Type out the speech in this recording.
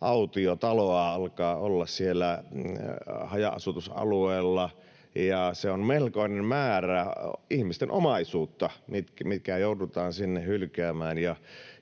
autiotaloa alkaa olla siellä haja-asutusalueella, ja se on melkoinen määrä ihmisten omaisuutta, mikä joudutaan sinne hylkäämään,